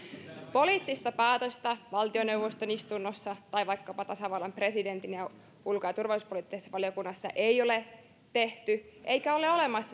poliittista päätöstä valtioneuvoston istunnossa tai vaikkapa tasavallan presidentin kanssa ulko ja turvallisuuspoliittisessa valiokunnassa ei ole tehty eikä ole olemassa